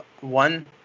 one